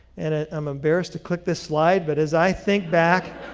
and ah i'm embarrassed to click this slide, but as i think back